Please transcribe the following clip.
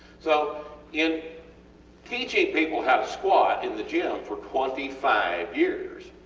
so in teaching people how to squat in the gym for twenty five years